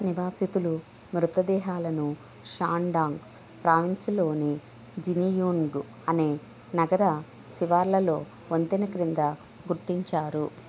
నివాసితులు మృతదేహాలను షాన్డాంగ్ ప్రావిన్స్లోని జినియూన్గ్ అనే నగర శివార్లలో వంతెన క్రింద గుర్తించారు